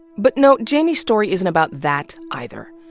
but no, janey's story isn't about that, either.